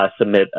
submit